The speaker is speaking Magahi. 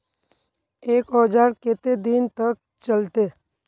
एक औजार केते दिन तक चलते?